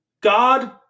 God